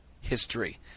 history